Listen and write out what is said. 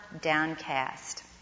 downcast